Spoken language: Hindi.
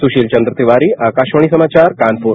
सुशील चंद्र तिवारी आकाशवाणी समाचार कानपुर